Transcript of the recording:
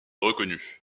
reconnu